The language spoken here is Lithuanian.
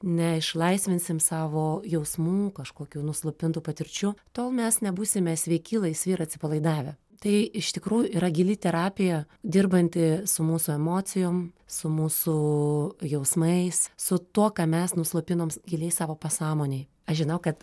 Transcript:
neišlaisvinsim savo jausmų kažkokių nuslopintų patirčių tol mes nebūsime sveiki laisvi ir atsipalaidavę tai iš tikrųjų yra gili terapija dirbanti su mūsų emocijom su mūsų jausmais su tuo ką mes nuslopinom giliai savo pasąmonėj aš žinau kad